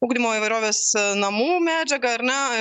ugdymo įvairovės namų medžiaga ar ne